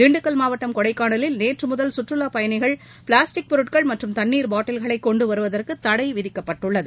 திண்டுக்கல் மாவட்டம் கொடைக்கானலில் நேற்று முதல் சுற்றுலா பயணிகள் பிளாஸ்டிக் பொருட்கள் மற்றும் தண்ணீர் பாட்டில்களை கொண்டு வருவதற்கு தடை விதிக்கப்பட்டுள்ளது